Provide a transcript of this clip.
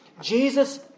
Jesus